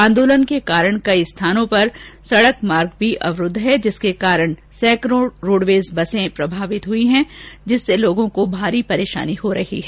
आंदोलन के कारण कई स्थानों पर सड़क मार्ग भी अवरूद्व है जिसके कारण सैंकडों रोडवेज बसें भी प्रभावित हई हैं जिससे लोग भारी परेशानी का सामना कर रहे हैं